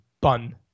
bun